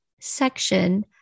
section